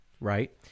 Right